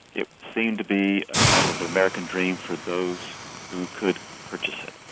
it seemed to be a time of american dream for those who could purchase it.